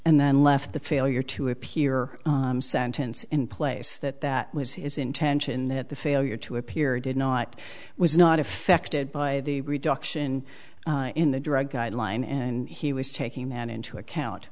and then left the failure to appear sentence in place that that was his intention that the failure to appear did not was not affected by the reduction in the drug guideline and he was taking man into account